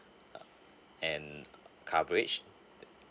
and coverage